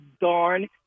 darn